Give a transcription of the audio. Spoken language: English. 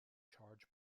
charge